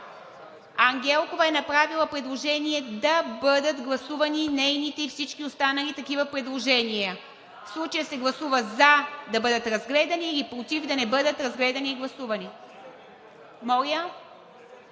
Ангелкова е направила предложение да бъдат гласувани нейните и всички останали такива предложения. В случая се гласува за да бъдат разгледани или против – да не бъдат разгледани и гласувани.